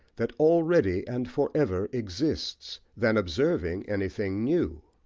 that already and for ever exists, than observing anything new.